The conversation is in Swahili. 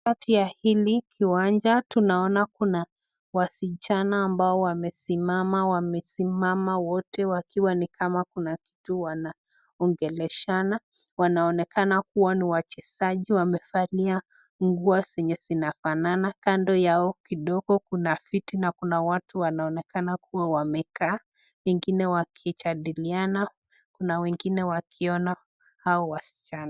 Kati ya hili kiwanja, tunaona kuna wasichana ambao wamesimama wote wakiwa nikama kuna kitu wanaongeleshana. Wanaonekana kuwa ni wachezaji, wamevalia nguo zenye zinafanana. Kando yao kidogo kuna viti na kunawatu wanaonekana kuwa wamekaa, wengine wakijadiliana kuna wengine wakiona hao wasichana.